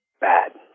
bad